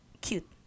cute